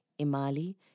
Imali